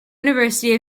university